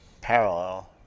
parallel